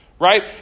right